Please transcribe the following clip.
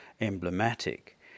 emblematic